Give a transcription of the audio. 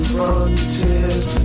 frontiers